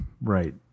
right